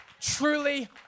Truly